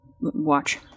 watch